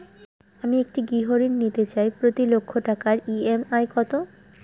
আমি একটি গৃহঋণ নিতে চাই প্রতি লক্ষ টাকার ই.এম.আই কত?